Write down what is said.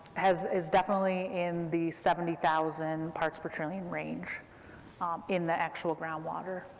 has, is definitely in the seventy thousand parts per trillion range um in the actual groundwater.